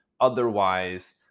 Otherwise